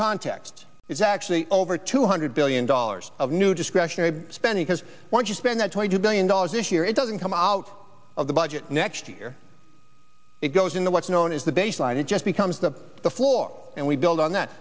context it's actually over two hundred billion dollars of new discretionary spending because once you spend that twenty two billion dollars this year it doesn't come out of the budget next year it goes into what's known as the baseline it just becomes the floor and we build on that